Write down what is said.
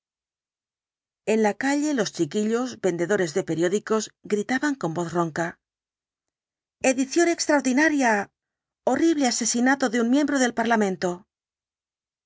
en la calle los chiquillos vendedores de periódicos gritaban con voz ronca edición extraordinaria horrible asesinato de un miembro del parlamento